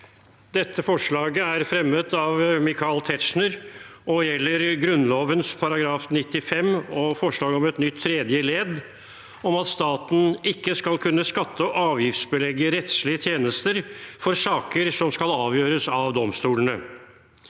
Dette forslaget er fremmet av Michael Tetzschner og gjelder Grunnloven § 95 og forslaget om et nytt tredje ledd om at staten ikke skal kunne skatte- og avgiftsbelegge rettslige tjenester for saker som skal avgjøres av domstolene.